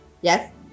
Yes